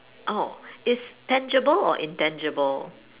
oh is tangible or intangible